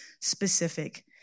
specific